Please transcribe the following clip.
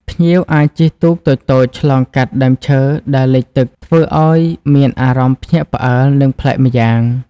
ភ្ញៀវអាចជិះទូកតូចៗឆ្លងកាត់ដើមឈើដែលលិចទឹកធ្វើអោយមានអារម្មណ៍ភ្ញាក់ផ្អើល និងប្លែកម្យ៉ាង។